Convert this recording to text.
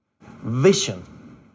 Vision